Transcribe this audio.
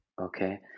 okay